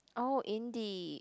oh indie